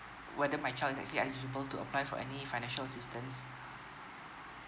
whether my child is actually eligible to apply for any financial assistance